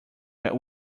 that